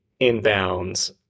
inbounds